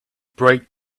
bright